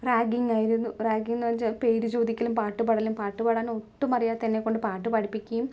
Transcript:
റാഗിങ്ങായിരുന്നു റാഗിങ്ങെന്നു വെച്ചാൽ പേരു ചോദിക്കലും പാട്ടുപാടലും പാട്ടു പാടാനൊട്ടുമറിയാത്ത എന്നെക്കൊണ്ട് പാട്ട് പാടിപ്പിക്കുകയും